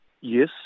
Yes